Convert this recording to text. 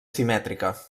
simètrica